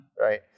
Right